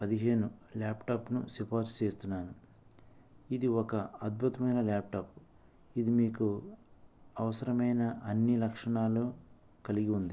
పదిహేను ల్యాప్టాప్ను సిఫార్సు చేస్తున్నాను ఇది ఒక అద్భుతమైన ల్యాప్టాప్ ఇది మీకు అవసరమైన అన్ని లక్షణాలు కలిగి ఉంది